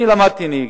אני למדתי נהיגה,